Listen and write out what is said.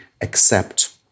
accept